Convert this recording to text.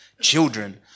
Children